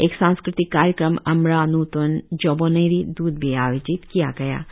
एक सांस्कृतिक कार्यक्रम अमरा नूतौन जौबोनेरी द्र्त भी आयोजित किया जाएगा